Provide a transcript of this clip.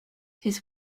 his